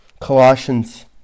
Colossians